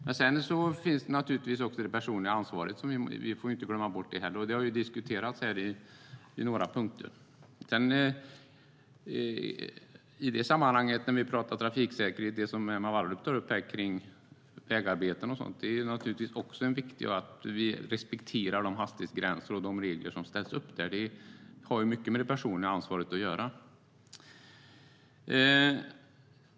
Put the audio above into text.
Men det handlar naturligtvis också om det personliga ansvaret. Vi får inte glömma bort det. Det har diskuterats här i några punkter. När vi pratar om trafiksäkerhet kan jag säga att det som Emma Wallrup tar upp kring vägarbeten och sådant naturligtvis också är viktigt. Det är viktigt att vi respekterar de hastighetsgränser och de regler som ställs upp där. Det har mycket med det personliga ansvaret att göra.